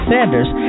Sanders